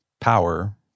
power